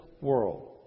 world